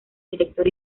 director